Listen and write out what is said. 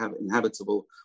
inhabitable